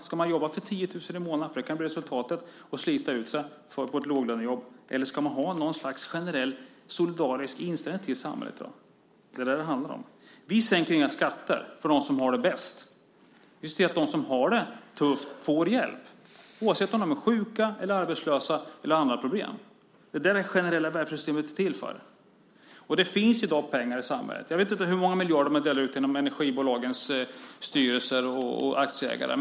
Ska man jobba för 10 000 i månaden och slita ut sig på ett låglönejobb? Det kan bli resultatet. Eller ska det finnas en generell solidarisk inställning i samhället? Det är det som det handlar om. Vi sänker inga skatter för dem som har det bäst. Vi ser till att de som har det tufft får hjälp, oavsett om de är sjuka eller arbetslösa eller har andra problem. Det är det som det generella välfärdssystemet är till för. Det finns i dag pengar i samhället. Jag vet inte hur många miljarder man delar ut inom energibolagens styrelser och till aktieägare.